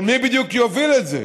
אבל מי בדיוק יוביל את זה?